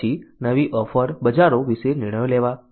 પછી નવી ઓફર બજારો વિશે નિર્ણયો લેવા